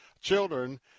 children